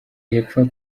hepfo